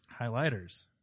Highlighters